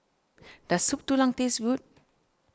does Soup Tulang taste good